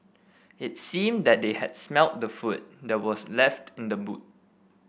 it seemed that they had smelt the food that was left in the boot